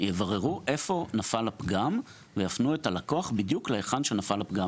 יבררו איפה נפל הפגם ויפנו את הלקוח בדיוק להיכן שנפל הפגם.